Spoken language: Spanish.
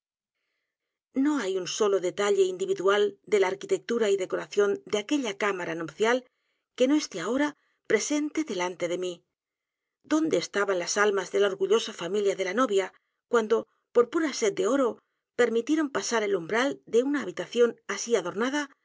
no hay u n solo detalle individual de la arquitectura y decoración de aquella cámara nupcial que no esté ahora presente delante de mí dónde estaban las almas de la orgullosa familia de la novia cuando por pura sed de oro permitieron pasar el umbral de una habitación así adornada